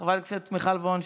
את חברת הכנסת מיכל וונש,